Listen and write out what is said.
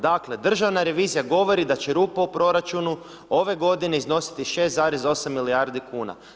Dakle, državna revizija govori da će rupa u proračunu ove godine iznositi 6,8 milijardi kuna.